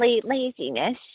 laziness